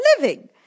living